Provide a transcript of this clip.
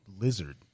Lizard